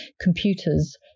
computers